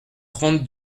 trente